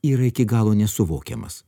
yra iki galo nesuvokiamas